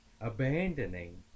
abandoning